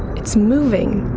it's moving,